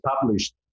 published